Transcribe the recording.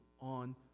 on